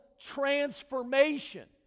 transformation